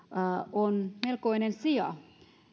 on melkoinen sija